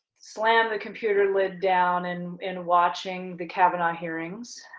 slam the computer lid down, and in watching the kavanaugh hearings.